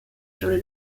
sobre